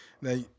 Now